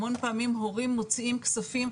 המון פעמים הורים מוציאים כספים,